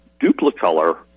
Duplicolor